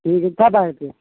ٹھیک ہے کب آئیں پھر